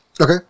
Okay